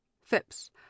Phipps